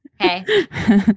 Okay